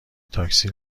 تاکسی